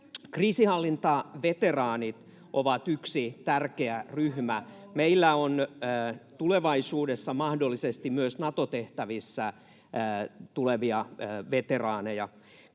Kriisinhallintaveteraanit on yksi tärkeä ryhmä. Meillä on tulevaisuudessa mahdollisesti myös Nato-tehtävissä tulevia veteraaneja.